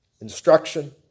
instruction